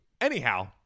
anyhow